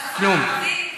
כלום.